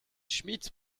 schmid